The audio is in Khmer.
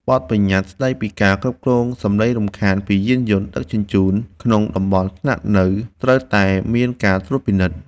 បទប្បញ្ញត្តិស្ដីពីការគ្រប់គ្រងសំឡេងរំខានពីយានយន្តដឹកជញ្ជូនក្នុងតំបន់ស្នាក់នៅត្រូវតែមានការត្រួតពិនិត្យ។